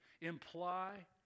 imply